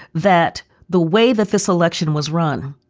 that the way that this election was run.